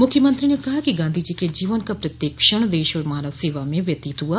मुख्यमंत्री ने कहा कि गांधी जी के जीवन का प्रत्येक क्षण देश और मानव सेवा में व्यतीत हुआ